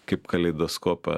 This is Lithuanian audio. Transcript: kaip kaleidoskopą